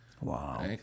Wow